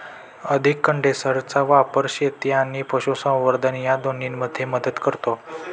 अधिक कंडेन्सरचा वापर शेती आणि पशुसंवर्धन या दोन्हींमध्ये मदत करतो